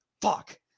fuck